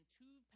two